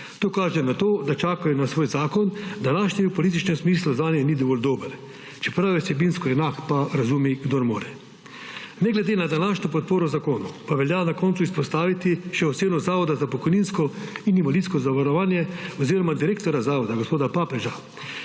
To kaže na to, da čakajo na svoj zakon, današnji v političnem smislu zanje ni dovolj dober, čeprav je vsebinsko enak. Pa razumi, kdor more! Ne glede na današnjo podporo zakonu, pa velja na koncu izpostaviti še oceno Zavoda za pokojninsko in invalidsko zavarovanje oziroma direktorja zavoda gospoda Papeža,